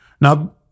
Now